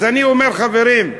אז אני אומר, חברים,